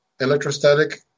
electrostatic